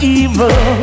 evil